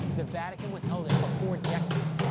the vatican withheld it for four decades,